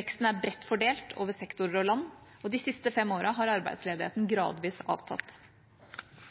Veksten er bredt fordelt over sektorer og land, og de siste fem årene har arbeidsledigheten gradvis avtatt.